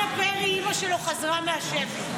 חנה פרי, אימא שלו, חזרה מהשבי.